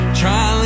try